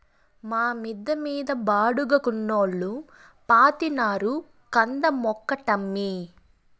మా మిద్ద మీద బాడుగకున్నోల్లు పాతినారు కంద మొక్కటమ్మీ